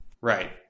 Right